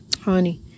honey